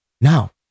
Now